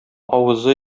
авызы